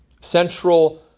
Central